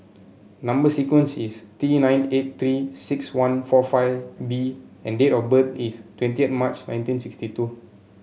number sequence is T nine eight Three six one four five B and date of birth is twenty March nineteen sixty two